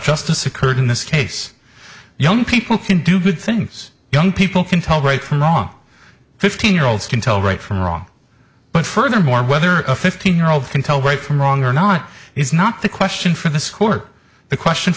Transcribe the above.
justice occurred in this case young people can do good things young people can tell right from wrong fifteen year olds can tell right from wrong but furthermore whether a fifteen year old can tell right from wrong or not is not the question for this court the question